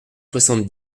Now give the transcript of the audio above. soixante